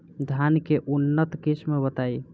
धान के उन्नत किस्म बताई?